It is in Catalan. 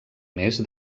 més